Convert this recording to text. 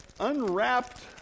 unwrapped